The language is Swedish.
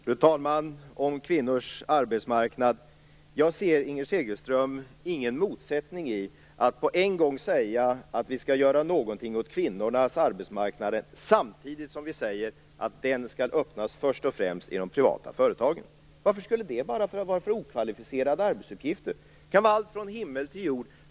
Fru talman! Om kvinnors arbetsmarknad: Jag ser, Inger Segelström, ingen motsättning i att på en gång säga att vi skall göra någonting åt kvinnornas arbetsmarknad och att den skall öppnas först och främst i de privata företagen. Varför skulle det bara vara okvalificerade arbetsuppgifter? Det kan vara allt mellan himmel och jord.